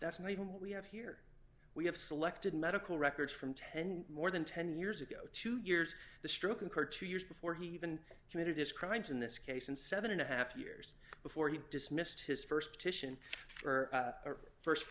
that's not even what we have here we have selected medical records from ten more than ten years ago two years the stroke occurred two years before he even committed his crimes in this case and seven and a half years before he dismissed his st titian or